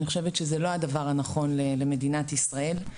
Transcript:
אני חושבת שזה לא הדבר הנכון למדינת ישראל,